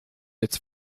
its